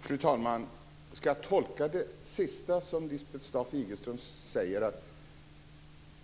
Fru talman! Ska jag tolka det sista som Lisbeth Staaf-Igelström säger så att